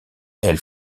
elle